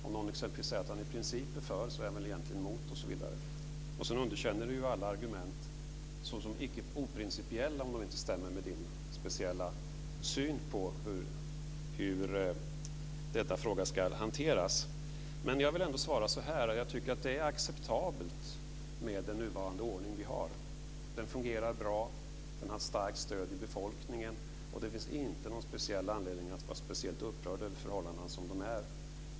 Om någon exempelvis säger att han i princip är för, så är han egentligen emot osv. Birger Schlaug underkänner alla argument såsom icke principiella om de inte stämmer med hans speciella syn på hur denna fråga ska hanteras. Jag vill ändå svara så här: Jag tycker att det är acceptabelt med den nuvarande ordning vi har. Den fungerar bra, den har ett starkt stöd hos befolkningen, och det finns inte någon speciell anledning att vara upprörd över förhållandena som de är.